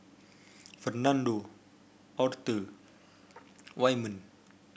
Fernando Author Wyman